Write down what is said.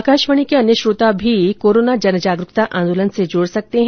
आकाशवाणी के अन्य श्रोता भी कोरोना जनजागरुकता आदोलन से जुड सकते हैं